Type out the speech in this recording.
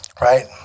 Right